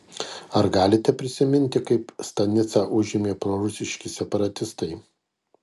ar galite prisiminti kaip stanicą užėmė prorusiški separatistai